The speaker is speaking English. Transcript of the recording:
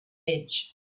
edge